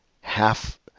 half